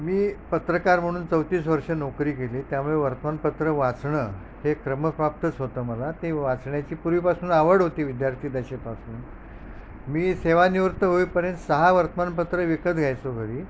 मी पत्रकार म्हणून चौतीस वर्ष नोकरी केली त्यामुळे वर्तमानपत्र वाचणं हे क्रमप्राप्तच होतं मला ते वाचण्याची पूर्वीपासून आवड होती विद्यार्थीदशेपासून मी सेवािवृत्त होईपर्यंत सहा वर्तमानपत्र विकत घ्यायचो घरी